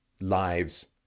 lives